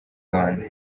rwanda